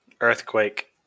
Earthquake